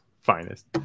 finest